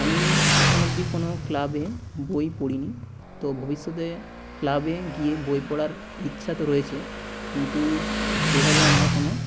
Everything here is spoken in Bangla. আমি এখন অবধি কোনও ক্লাবে বই পড়িনি তো ভবিষ্যতে ক্লাবে গিয়ে বই পড়ার ইচ্ছা তো রয়েছে কিন্তু সেভাবে আমার কোনও